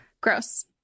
Gross